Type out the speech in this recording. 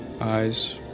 eyes